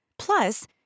Plus